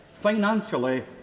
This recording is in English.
Financially